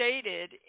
stated